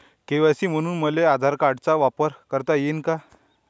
KYC म्हनून मले आधार कार्डाचा वापर करता येईन का?